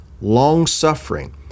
long-suffering